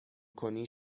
کنی